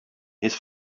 his